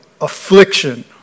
affliction